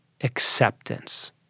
acceptance